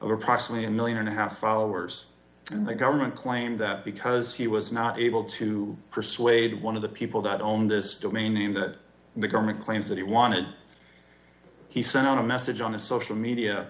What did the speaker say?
or possibly a one million and a half hours and the government claimed that because he was not able to persuade one of the people that owned this domain name that the government claims that he wanted he sent out a message on a social media